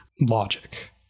logic